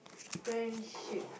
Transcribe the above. friendship